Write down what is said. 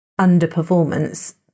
underperformance